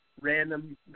Random